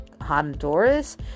honduras